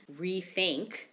rethink